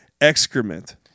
excrement